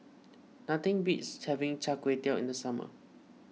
nothing beats having Char Kway Teow in the summer